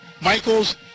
Michaels